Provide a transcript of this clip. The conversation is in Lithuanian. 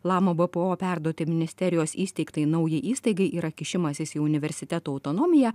lama bpo perduoti ministerijos įsteigtai naujai įstaigai yra kišimasis į universitetų autonomiją